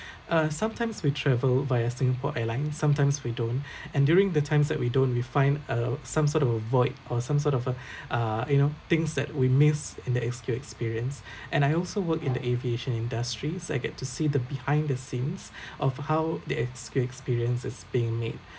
uh sometimes we travel via Singapore Airlines sometimes we don't and during the times that we don't we find uh some sort of a void or some sort of a uh you know things that we miss in the S_Q experience and I also work in the aviation industries I get to see the behind the scenes of how the S_Q experience is being made